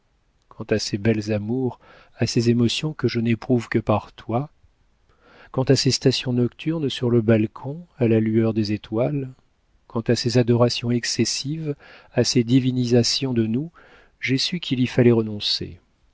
quant à ces belles amours à ces émotions que je n'éprouve que par toi quant à ces stations nocturnes sur le balcon à la lueur des étoiles quant à ces adorations excessives à ces divinisations de nous j'ai su qu'il y fallait renoncer